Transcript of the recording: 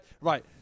right